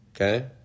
Okay